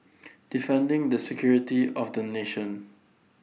defending the security of the nation